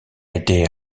été